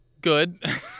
good